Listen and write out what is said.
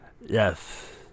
yes